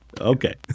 Okay